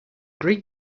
greek